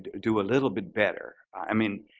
do a little bit better? i mean,